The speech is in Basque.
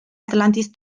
atlantis